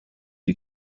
you